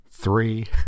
three